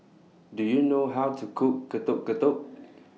Do YOU know How to Cook Getuk Getuk